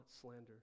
slander